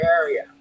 area